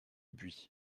buis